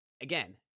Again